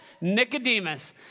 Nicodemus